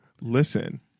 listen